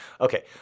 Okay